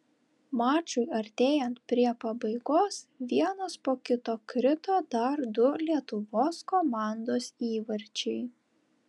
mačui artėjant prie pabaigos vienas po kito krito dar du lietuvos komandos įvarčiai